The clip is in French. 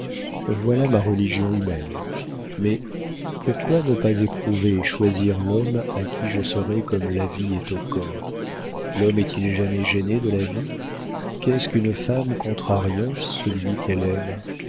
voilà ma religion humaine mais pourquoi ne pas éprouver et choisir l'homme à qui je serai comme la vie est au corps l'homme est-il jamais gêné de la vie qu'est-ce qu'une femme contrariant celui qu'elle aime